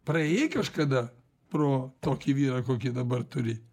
praėjai kažkada pro tokį vyrą kokį dabar turi